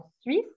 suisse